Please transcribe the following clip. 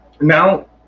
Now